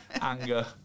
anger